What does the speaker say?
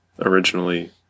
originally